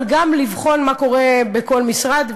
אבל גם לבחון מה קורה בכל משרד.